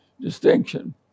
distinction